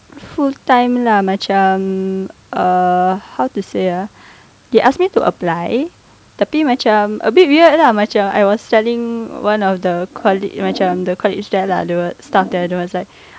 full time lah macam err how to say ah they ask me to apply tapi macam a bit weird lah macam I was telling one of the colleague macam the colleague there lah the staff there there was like